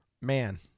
man